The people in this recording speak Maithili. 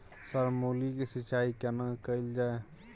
सर मूली के सिंचाई केना कैल जाए?